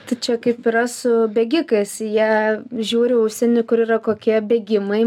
tai čia kaip yra su bėgikais jie žiūri užsieny kur yra kokie bėgimai